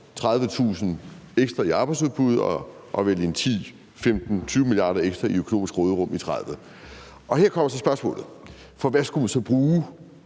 30.000 ekstra i arbejdsudbud og vel 10, 15 eller 20 mia. kr. ekstra i økonomisk råderum i 2030. Her kommer så spørgsmålet: For hvad skulle man så bruge